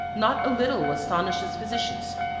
not a little astonishes physicians.